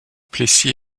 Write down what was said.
plessis